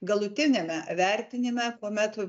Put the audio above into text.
galutiniame vertinime kuomet